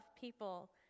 people